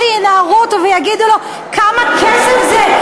שינערו אותו ויגידו לו: כמה כסף זה?